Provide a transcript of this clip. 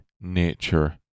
nature